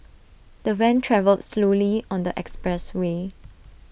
the van travelled slowly on the expressway